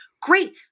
Great